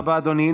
תודה רבה, אדוני.